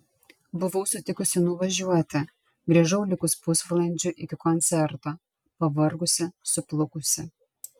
buvau sutikusi nuvažiuoti grįžau likus pusvalandžiui iki koncerto pavargusi suplukusi